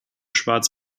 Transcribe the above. schwarz